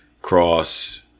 Cross